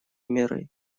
мерой